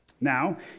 Now